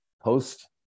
post